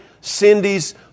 Cindy's